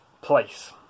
place